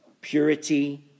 purity